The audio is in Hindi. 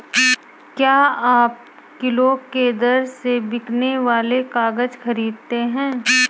क्या आप किलो के दर से बिकने वाले काग़ज़ रखते हैं?